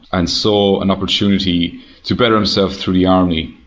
and saw an opportunity to better himself through the army,